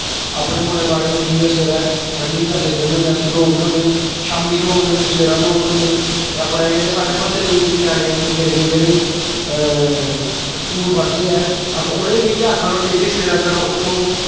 अपने मुड़े मड़े उट्ठियै सवेरै रनिंग करने गी जन्ने होन्ने अस दौड़ने होन्ने शामीं दौड़ने होन्ने सवेरै दौड़ने होन्ने ते अपनै जेह्ड़े साढ़े म्हल्ले दे ञ्यानें निक्के निक्के जेह्ड़े स्कूल पढ़दे ऐ अस उ'नें गी बी इ'यै आखने होन्ने कि सवेरै सवेरै उट्ठो